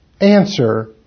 Answer